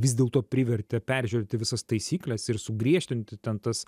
vis dėlto privertė peržiūrėti visas taisykles ir sugriežtinti ten tas